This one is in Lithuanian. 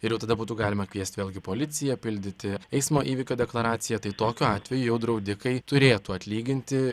ir jau tada būtų galima kviest vėlgi policiją pildyti eismo įvykio deklaracija tai tokiu atveju jau draudikai turėtų atlyginti